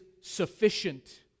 sufficient